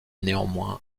néanmoins